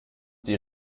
die